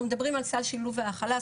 אנחנו מדברים על סל שילוב והכלה.